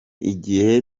ighe